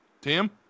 Tim